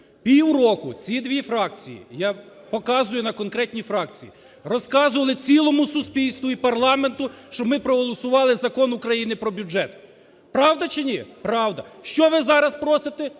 Півроку ці дві фракції, я показую на конкретні фракції, розказували цілому суспільству і парламенту, щоб ми проголосували Закон України "Про бюджет". Правда чи ні? Правда. Що ви зараз просите?